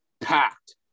packed